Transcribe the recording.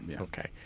Okay